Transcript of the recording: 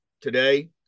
today